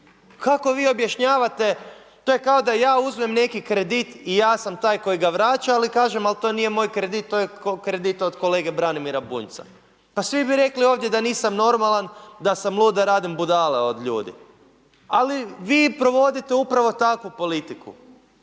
Kako vi objašnjavate, to je kao da ja uzmem neki kredit i ja sam taj koji ga vraća, ali kažem, ali to nije moj kredit, to je kredit od kolege Branimira Bunjca. Pa svi bi rekli ovdje da nisam normalan, da sam lud, da radim budale. Ali vi provodite upravo takvu politiku,